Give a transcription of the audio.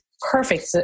perfect